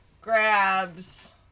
grabs